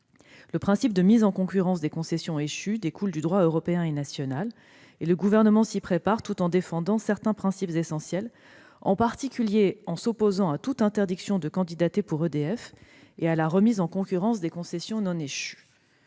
Le principe de mise en concurrence des concessions échues découle du droit européen et national. Le Gouvernement s'y prépare tout en défendant certains principes essentiels, en particulier en s'opposant à toute interdiction de candidater pour EDF et à la remise en concurrence des concessions non échues.